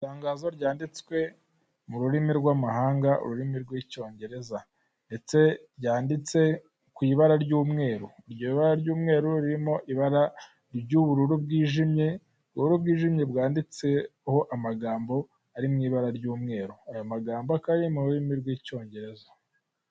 Itangazo ryanditswe mu rurimi rwamahanga ururimi rw'Icyongereza ndetse ryanditse ku ibara ry'umweru iryo bara ry'umweru ririmo ibara ry'ubururu bwijimye, ubururu bwijimye bwanditseho amagambo ari mu ibara ry'umweru aya magambo akaba ari mu rurimi rw'Icyongereza.